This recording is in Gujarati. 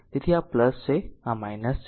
તેથી આ છે આ છે